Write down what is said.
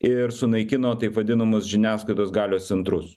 ir sunaikino taip vadinamus žiniasklaidos galios centrus